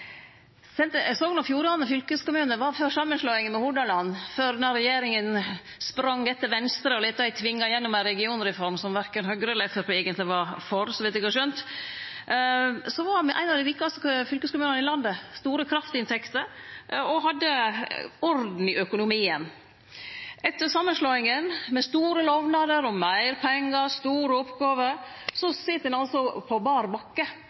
Sogn og Fjordane fylkeskommune var før samanslåinga med Hordaland – før denne regjeringa sprang etter Venstre og lét dei tvinge gjennom ei regionreform som verken Høgre eller Framstegspartiet eigentleg var for, så vidt eg har skjønt – ein av dei rikaste fylkeskommunane i landet, og hadde store kraftinntekter og orden i økonomien. Etter samanslåinga, med store lovnader om meir pengar og store oppgåver, sit ein altså på bar bakke